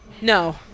No